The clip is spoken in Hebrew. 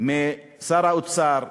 משר האוצר,